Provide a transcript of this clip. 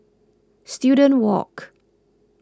Student Walk